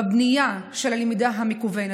בבנייה של הלמידה המקוונת.